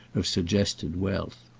of suggested wealth.